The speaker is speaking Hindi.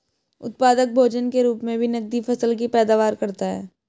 उत्पादक भोजन के रूप मे भी नकदी फसल की पैदावार करता है